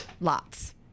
lots